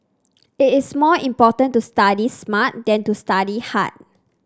it is more important to study smart than to study hard